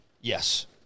Yes